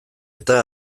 eta